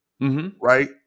right